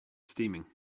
steaming